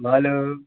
বলো